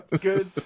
good